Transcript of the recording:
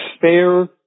fair